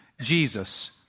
Jesus